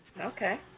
Okay